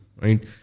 right